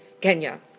kenya